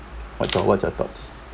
what your what your thoughts